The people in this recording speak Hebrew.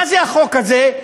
מה זה החוק הזה?